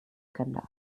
skandals